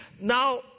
Now